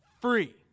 free